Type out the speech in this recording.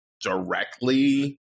directly